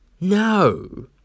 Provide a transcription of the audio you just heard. no